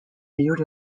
viewed